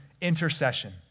intercession